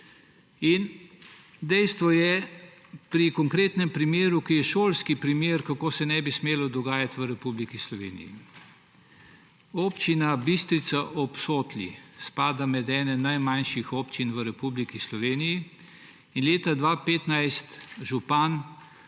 pripeljati noter. Konkretni primer je šolski primer, kako se ne bi smelo dogajati v Republiki Sloveniji. Občina Bistrica ob Sotli spada med ene najmanjših občin v Republiki Sloveniji in leta 2015 župan